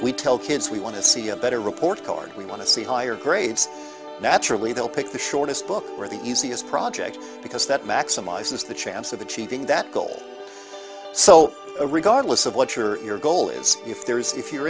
we tell kids we want to see a better report card we want to see higher grades naturally they'll pick the shortest book or the easiest project because that maximizes the chance of achieving that goal so regardless of what your goal is if there is if you're